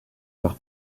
par